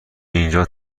اینجا